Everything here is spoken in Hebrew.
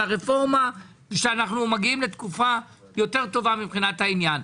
על הרפורמה שאנו מגיעים לתקופה יותר טובה מבחינת העניין.